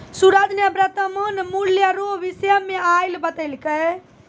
सूरज ने वर्तमान मूल्य रो विषय मे आइ बतैलकै